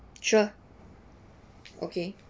sure okay